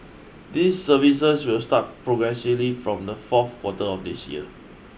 these services will start progressively from the fourth quarter of this year